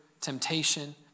temptation